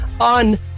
on